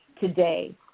today